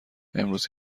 امروز